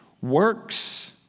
works